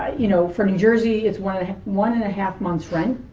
you know for new jersey, it's one ah one and a half months rent.